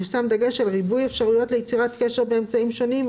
יושם דגש על ריבוי אפשרויות ליצירת קשר באמצעים שונים,